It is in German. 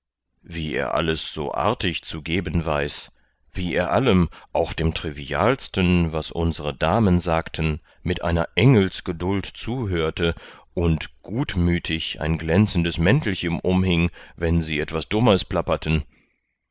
wie er alles so artig zu geben weiß wie er allem auch dem trivialsten was unsere damen sagten mit einer engelsgeduld zuhörte und gutmütig ein glänzendes mäntelchen umhing wenn sie etwas dummes